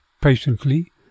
patiently